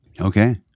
Okay